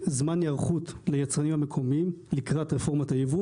זמן היערכות ליצרנים המקומיים לקראת רפורמת הייבוא